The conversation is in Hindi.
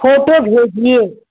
फोटो भेजिए